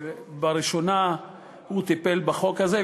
שבראשונה הוא טיפל בחוק הזה,